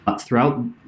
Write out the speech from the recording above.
throughout